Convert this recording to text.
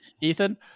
Ethan